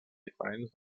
diferents